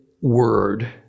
word